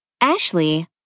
Ashley